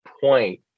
point